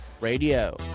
Radio